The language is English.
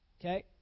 Okay